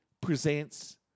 presents